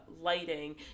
lighting